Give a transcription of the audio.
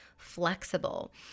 flexible